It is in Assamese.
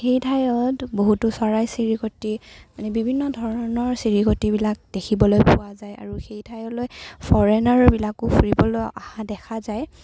সেই ঠাইত বহুতো চৰাই চিৰিকটি মানে বিভিন্ন ধৰণৰ চিৰিকটিবিলাক দেখিবলৈ পোৱা যায় আৰু সেই ঠাইলৈ ফৰেইনাৰবিলাকো ফুৰিবলৈ অহা দেখা যায়